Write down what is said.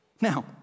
Now